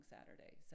Saturday